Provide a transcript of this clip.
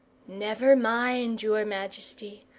never mind, your majesty.